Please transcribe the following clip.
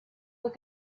were